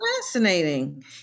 fascinating